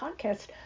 podcast